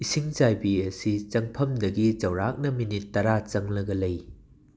ꯏꯁꯤꯡ ꯆꯥꯏꯕꯤ ꯑꯁꯤ ꯆꯪꯐꯝꯗꯒꯤ ꯆꯥꯎꯔꯥꯛꯅ ꯃꯤꯅꯤꯠ ꯇꯔꯥ ꯆꯪꯂꯒ ꯂꯩ